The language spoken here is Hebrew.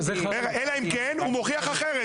אלא אם כן הוא מוכיח אחרת.